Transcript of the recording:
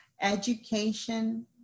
Education